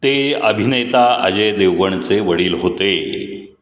ते अभिनेता अजय देवगणचे वडील होते